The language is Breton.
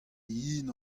yen